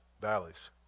valleys